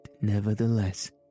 nevertheless